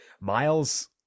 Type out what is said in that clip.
Miles